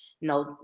no